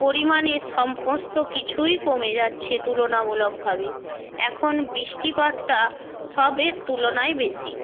পরিমাণে সমস্ত কিছুই কমে যাচ্ছে তুলনামূলকভাবে এখন বৃষ্টিপাতটা সবের তুলনায় বেশি